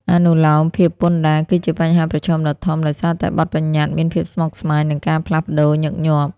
អនុលោមភាពពន្ធដារគឺជាបញ្ហាប្រឈមដ៏ធំ ដោយសារតែបទប្បញ្ញត្តិមានភាពស្មុគស្មាញ និងការផ្លាស់ប្តូរញឹកញាប់។